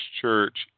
church